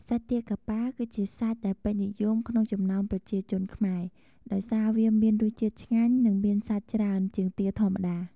សាច់ទាកាប៉ា គឺជាសាច់ដែលពេញនិយមក្នុងចំណោមប្រជាជនខ្មែរ ដោយសារវាមានរសជាតិឆ្ងាញ់ និងមានសាច់ច្រើនជាងទាធម្មតា។